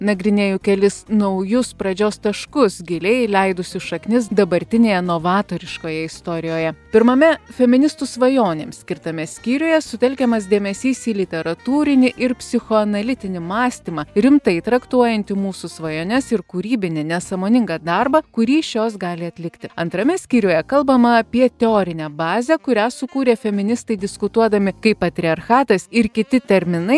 nagrinėju kelis naujus pradžios taškus giliai įleidusius šaknis dabartinėje novatoriškoje istorijoje pirmame feministų svajonėms skirtame skyriuje sutelkiamas dėmesys į literatūrinį ir psichoanalitinį mąstymą rimtai traktuojantį mūsų svajones ir kūrybinį nesąmoningą darbą kurį šios gali atlikti antrame skyriuje kalbama apie teorinę bazę kurią sukūrė feministai diskutuodami kaip patriarchatas ir kiti terminai